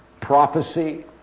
prophecy